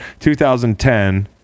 2010